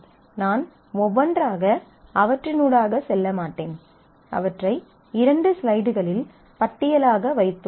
நான் ஒவ்வொன்றாக அவற்றினூடாக செல்லமாட்டேன் அவற்றை இரண்டு ஸ்லைடுகளில் பட்டியலாக வைத்துள்ளேன்